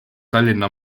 tallinna